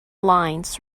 lines